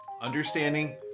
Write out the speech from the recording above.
Understanding